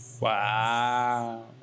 Wow